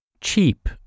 cheap